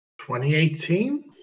2018